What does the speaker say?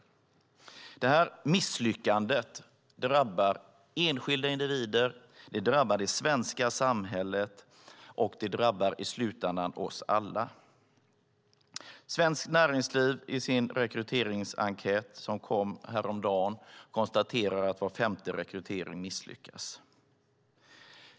Det här misslyckandet drabbar enskilda individer, det svenska samhället och i slutändan oss alla. Svenskt Näringsliv har i sin rekryteringsenkät som lades fram häromdagen konstaterat att var femte rekrytering misslyckas.